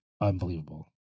unbelievable